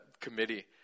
committee